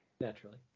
Naturally